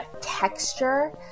texture